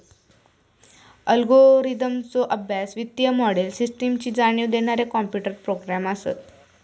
अल्गोरिदमचो अभ्यास, वित्तीय मोडेल, सिस्टमची जाणीव देणारे कॉम्प्युटर प्रोग्रॅम असत